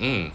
mm